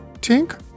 Tink